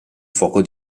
fuoco